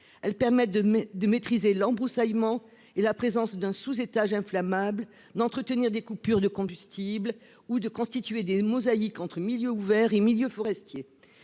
Elles permettent de maîtriser l'embroussaillement et la présence d'un sous-étage inflammable, d'entretenir des coupures de combustible ou de constituer des mosaïques entre milieux ouverts et milieux forestiers.